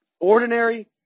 Ordinary